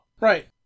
Right